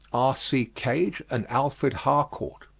r c. gage and alfred harcourt.